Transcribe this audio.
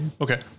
Okay